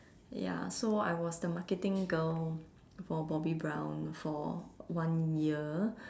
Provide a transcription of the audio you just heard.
ya so I was the marketing girl for bobbi brown for one year